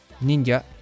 Ninja